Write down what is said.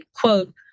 quote